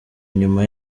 nyuma